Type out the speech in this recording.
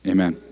Amen